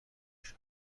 بشم